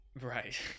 Right